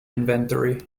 inventory